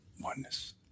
oneness